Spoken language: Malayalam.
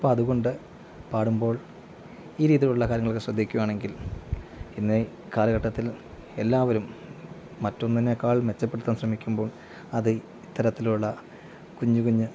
അപ്പോള് അതുകൊണ്ട് പാടുമ്പോൾ ഈ രീതിയിലുള്ള കാര്യങ്ങളൊക്കെ ശ്രദ്ധിക്കുകയാണെങ്കിൽ ഇന്ന് കാലഘട്ടത്തിൽ എല്ലാവരും മറ്റൊന്നിനേക്കാൾ മെച്ചപ്പെടുത്താൻ ശ്രമിക്കുമ്പോൾ അത് ഇത്തരത്തിലുള്ള കുഞ്ഞു കുഞ്ഞ്